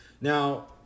Now